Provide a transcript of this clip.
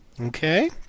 Okay